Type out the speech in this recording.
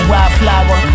Wildflower